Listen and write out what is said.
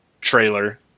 trailer